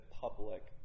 public